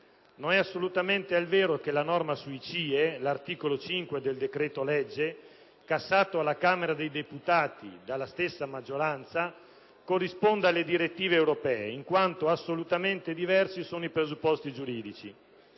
Non è assolutamente vero che la norma sui CIE, prevista all'articolo 5 del decreto-legge, cassato alla Camera dei deputati dalla stessa maggioranza, corrisponde alle direttive europee in quanto assolutamente diversi sono i presupposti giuridici.